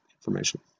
information